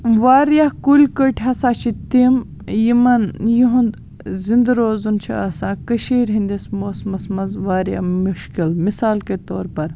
واریاہ کُلۍ کٔٹۍ ہسا چھِ تِم یِمن یِہُنٛد زِندٕ روزُن چھُ آسان کٔشیٖرِ ہِنٛدِس موسمَس منٛز واریاہ مُشکِل مِثال کے طور پر